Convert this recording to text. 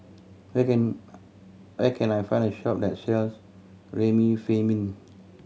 when can where can I find a shop that sells Remifemin